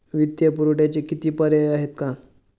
वित्तीय पुरवठ्याचे किती पर्याय आहेत का?